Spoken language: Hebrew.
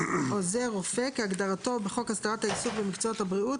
"עוזר רופא" כהגדרתו בחוק הסדרת העיסוק במקצועות הבריאות,